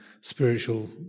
spiritual